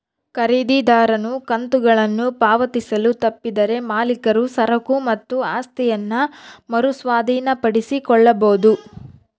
ಖರೀದಿದಾರನು ಕಂತುಗಳನ್ನು ಪಾವತಿಸಲು ತಪ್ಪಿದರೆ ಮಾಲೀಕರು ಸರಕು ಮತ್ತು ಆಸ್ತಿಯನ್ನ ಮರು ಸ್ವಾಧೀನಪಡಿಸಿಕೊಳ್ಳಬೊದು